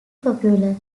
popular